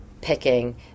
picking